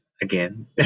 again